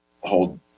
hold